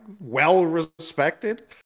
well-respected